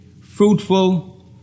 fruitful